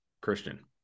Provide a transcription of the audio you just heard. Christian